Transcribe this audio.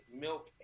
milk